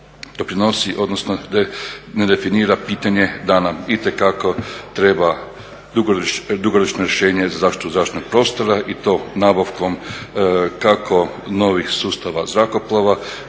doprinosi, odnosno ne definira pitanje da nam itekako treba dugoročno rješenje za zaštitu zračnog prostora i to nabavkom kako novih sustava zrakoplova